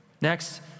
next